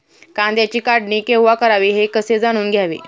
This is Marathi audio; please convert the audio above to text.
कांद्याची काढणी केव्हा करावी हे कसे जाणून घ्यावे?